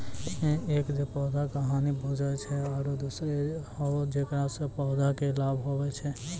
एक जे पौधा का हानि पहुँचाय छै आरो दोसरो हौ जेकरा सॅ पौधा कॅ लाभ होय छै